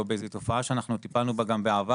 היא תופעה שאנחנו טיפלנו בה גם בעבר.